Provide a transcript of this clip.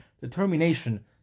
determination